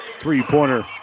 three-pointer